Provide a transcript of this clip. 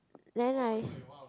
then I